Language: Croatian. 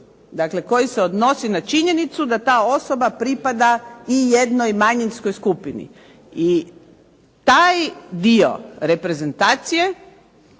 Dakle, koji se odnosi na činjenicu da ta osoba pripada i jednoj manjinskoj skupini. I taj dio reprezentacije